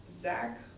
Zach